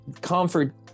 comfort